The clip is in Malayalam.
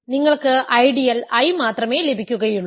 നിങ്ങൾക്ക് ഐഡിയൽ I മാത്രമേ ലഭിക്കുകയുള്ളൂ